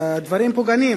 באינטרנט,